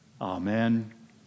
amen